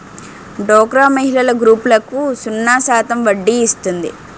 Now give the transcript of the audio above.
డోక్రా మహిళల గ్రూపులకు సున్నా శాతం వడ్డీ ఇస్తుంది